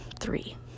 three